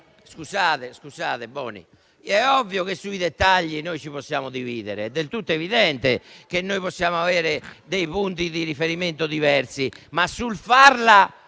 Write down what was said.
ricordate? Allora, è ovvio che sui dettagli ci possiamo dividere. È del tutto evidente che possiamo avere dei punti di riferimento diversi, ma sul farla